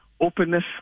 Openness